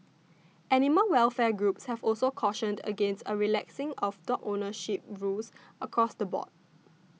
animal welfare groups have also cautioned against a relaxing of dog ownership rules across the board